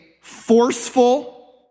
forceful